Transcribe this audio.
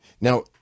Now